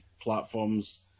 platforms